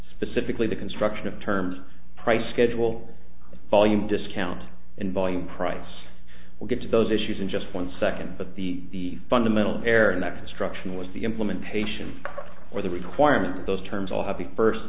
specifically the construction of terms price schedule volume discount and volume price we'll get to those issues in just one second but the fundamental error in that construction was the implementation or the requirement of those terms all happy first